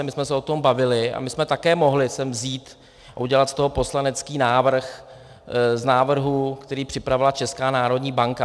My jsme se o tom bavili a my jsme také mohli sem vzít a udělat z toho poslanecký návrh z návrhů, který připravila Česká národní banka.